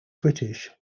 british